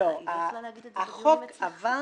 החוק עבר,